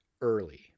early